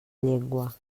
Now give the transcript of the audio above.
llengua